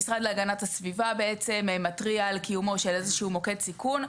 המשרד להגנת הסביבה מתריע על קיומו של איזשהו מוקד סיכון.